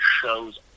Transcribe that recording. shows